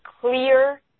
clear